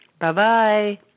Bye-bye